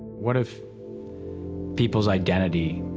what if people's identity,